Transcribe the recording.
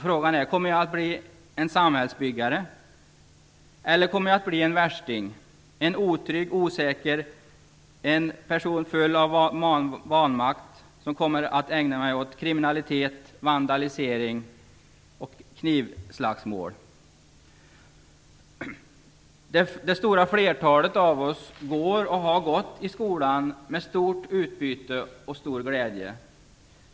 Frågan är: Kommer jag att bli en samhällsbyggare, eller kommer jag att bli en värsting, som otrygg, osäker och full av vanmakt kommer att ägna mig åt kriminalitet, vandalisering och knivslagsmål? Det stora flertalet av oss går, och har gått, igenom skolan med stort utbyte och med stor glädje.